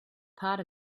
part